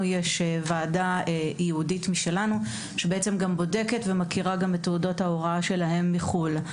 לנו יש ועדה ייעודית שבודקת ומכירה את תעודות ההוראה שלהם מחו"ל.